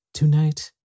Tonight